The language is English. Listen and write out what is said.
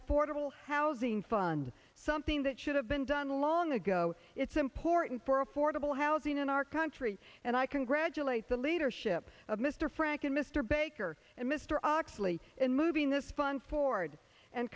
affordable housing fund something that should have been done long ago it's important for affordable housing in our country and i congratulate the leadership of mr frank and mr baker and mr oxley in moving this fund forward and